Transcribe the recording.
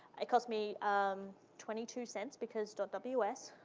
it cost me um twenty two cents, because dot ws.